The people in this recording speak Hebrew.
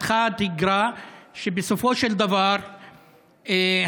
התפתחה תגרה ובסופו של דבר הצעירים,